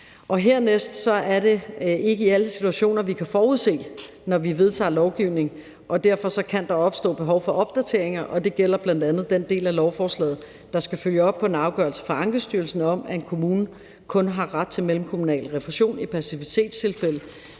Hernæst er det ikke alle situationer, vi kan forudse, når vi vedtager lovgivning, og derfor kan der opstå behov for opdateringer. Det gælder bl.a. den del af lovforslaget, der skal følge op på en afgørelse fra Ankestyrelsen om, at en kommune kun har ret til mellemkommunal refusion i passivitetstilfælde,